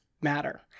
matter